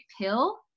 pill